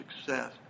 success